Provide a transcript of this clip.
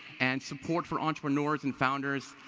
and support for entrepreneurs and founders,